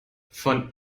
von